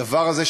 הדבר הזה,